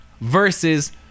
versus